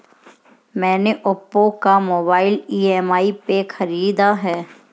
मैने ओप्पो का mobile EMI पे खरीदा है